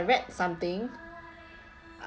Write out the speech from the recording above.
read something I